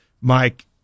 Mike